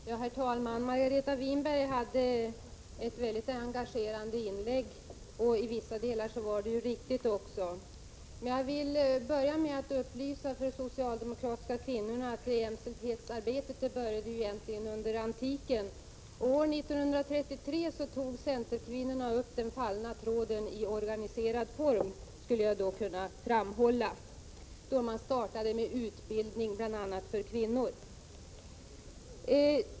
Herr talman! Margareta Winbergs inlägg var väldigt engagerande. I vissa delar var det också riktigt. Men jag vill börja med att upplysa de socialdemokratiska kvinnorna om att jämställdhetsarbetet egentligen börja de under antiken. Men år 1933 tog centerkvinnorna upp tråden och började arbeta i organiserade former. Man startade med utbildning bl.a. för kvinnor.